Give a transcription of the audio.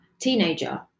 teenager